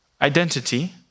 identity